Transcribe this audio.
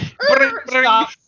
Stop